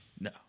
no